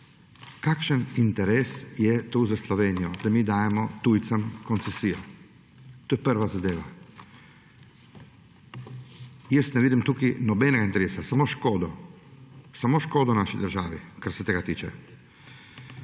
Kakšen interes je za Slovenijo, da mi dajemo tujcem koncesijo? To je prva zadeva. Jaz ne vidim tukaj nobenega interesa, samo škodo, samo škodo v naši državi, kar se tega tiče.